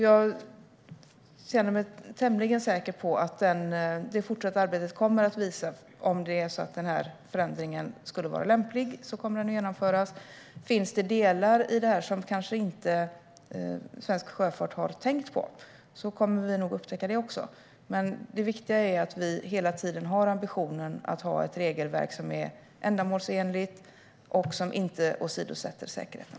Jag känner mig tämligen säker på att det fortsatta arbetet kommer att visa om det är så att förändringen skulle vara lämplig och kommer att genomföras. Finns det delar i detta som Svensk Sjöfart kanske inte har tänkt på kommer vi nog också upptäcka det. Det viktiga är att vi hela tiden har ambitionen att ha ett regelverk som är ändamålsenligt och inte åsidosätter säkerheten.